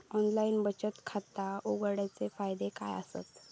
Online बचत खाता उघडूचे फायदे काय आसत?